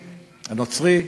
הנוצרי,